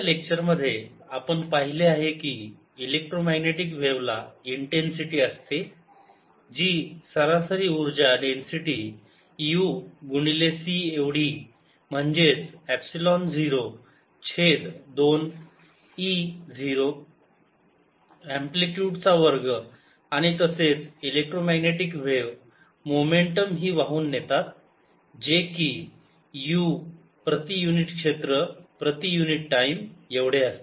lecture 61 Energy and momentum carried by electromagnetic waves - examples energy and momentum carried by electromagnetic waves examples या आधीच्या lecture मध्ये आपण पाहिले आहे की इलेक्ट्रोमॅग्नेटिक व्हेवला इन्टेन्सिटी असते जी सरासरी ऊर्जा डेन्सिटी u गुणिले c एवढी म्हणजेच एपसिलोन झिरो छेद दोन e झिरो अँप्लिटयूड चा वर्ग आणि तसेच इलेक्ट्रोमॅग्नेटिक व्हेव मोमेंटम ही वाहून नेतात जे की u प्रति युनिट क्षेत्र प्रति युनिट टाईम एवढे असते